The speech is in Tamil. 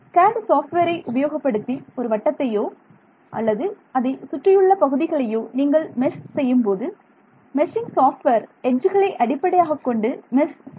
CAD சாஃப்ட்வேரை உபயோகப்படுத்தி ஒரு வட்டத்தையோ அல்லது அதை சுற்றியுள்ள பகுதிகளையோ நீங்கள் மெஷ் செய்யும்போது மெஷ்ஷிங் சாஃப்ட்வேர் எட்ஜுகளை அடிப்படையாகக் கொண்டு மெஷ் செய்யும்